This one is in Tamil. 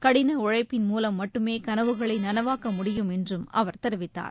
கடின உழைப்பின் மூலம் மட்டுமே கனவுகளை நனவாக்க முடியும் என்று அவர் தெரிவித்தார்